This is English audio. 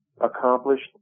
accomplished